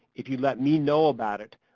if you let me know about it,